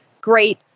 great